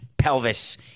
pelvis